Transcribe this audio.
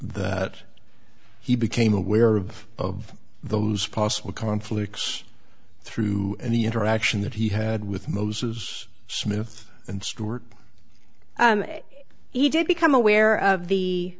that he became aware of of those possible conflicts through any interaction that he had with moses smith and stronger he did become aware of